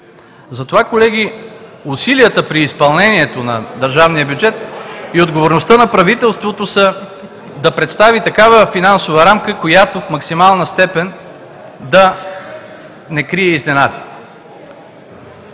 Затова, колеги, усилията при изпълнението на държавния бюджет (оживление и реплики) и отговорността на правителството са да представи такава финансова рамка, която в максимална степен да не крие изненади.